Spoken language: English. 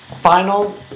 Final